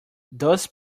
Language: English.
those